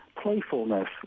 playfulness